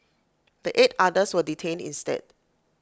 the eight others were detained instead